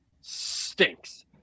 Stinks